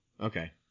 Okay